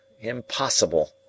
IMPOSSIBLE